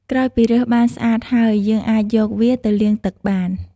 ក្រោយពីរើសបានស្អាតហើយ យើងអាចយកវាទៅលាងទឹកបាន។